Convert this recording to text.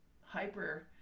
hyper